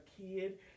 kid